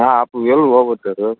હા આપણું વહેલું વાવેતર છે